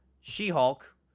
She-Hulk